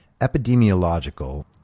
Epidemiological